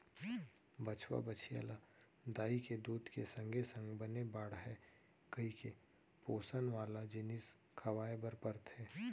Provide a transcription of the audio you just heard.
बछवा, बछिया ल दाई के दूद के संगे संग बने बाढ़य कइके पोसन वाला जिनिस खवाए बर परथे